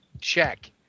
check